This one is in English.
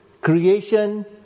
creation